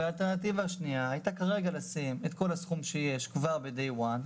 האלטרנטיבה השנייה הייתה לשים כרגע את כל הסכום שיש כבר ב-Day 1,